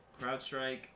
CrowdStrike